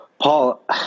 Paul